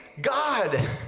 God